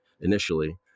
initially